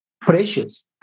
precious